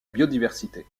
biodiversité